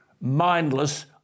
mindless